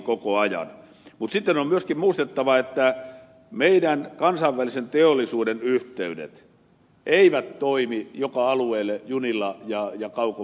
mutta sitten on myöskin muistettava että meillä kansainvälisen teollisuuden yhteydet eivät toimi joka alueelle junilla ja kaukobusseilla